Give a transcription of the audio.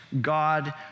God